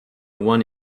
one